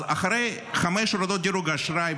אז אחרי חמש הורדות דירוג האשראי,